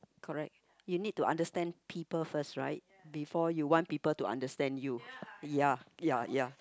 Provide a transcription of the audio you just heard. correct you need to understand people first right before you want people to understand you ya ya ya